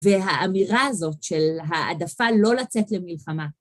והאמירה הזאת של העדפה לא לצאת למלחמה.